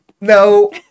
No